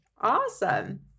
Awesome